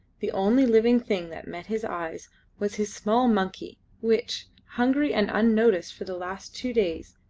the only living thing that met his eyes was his small monkey which, hungry and unnoticed for the last two days,